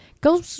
Go